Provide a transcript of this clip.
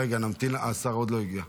רגע, נמתין, השר עוד לא הגיע.